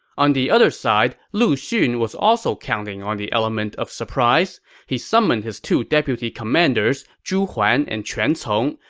on the other side, lu xun was also counting on the element of surprise. he summoned his two deputy commanders, zhu huan and quan cong,